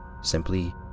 simply